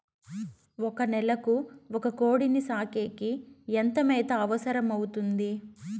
ఒక నెలకు ఒక కోడిని సాకేకి ఎంత మేత అవసరమవుతుంది?